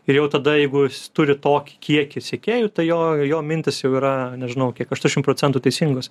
ir jau tada jeigu turi tokį kiekį sekėjų tai jo jo mintys jau yra nežinau kiek aštuoniasdešimt procentų teisingos